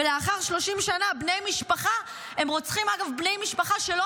ולאחר 30 שנה בני משפחה רוצחים בני משפחה שלא